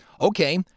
okay